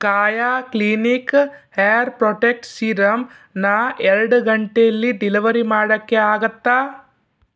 ಕಾಯಾ clinic hair protect ಸೀರಂನ ಎರಡು ಗಂಟೇಲಿ ಡಿಲಿವರಿ ಮಾಡೋಕ್ಕೆ ಆಗತ್ತಾ